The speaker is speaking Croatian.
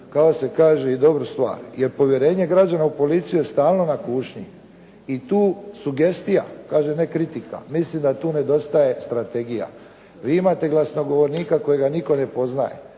kako se kaže, i dobru stvar. Jer povjerenje građana u policiju je stalno na kušnji i tu sugestija, kažem ne kritika, mislim da tu nedostaje strategija. Vi imate glasnogovornika kojega nitko ne poznaje,